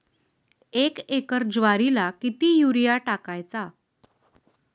एक एकर ज्वारीला किती युरिया टाकायचा?